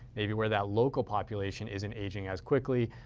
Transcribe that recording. maybe where that local population isn't aging as quickly,